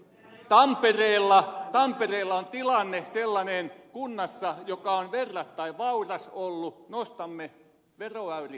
tampereella on tilanne sellainen kunnassa joka on verrattain vauras ollut että nostamme veroäyriä prosenttiyksikön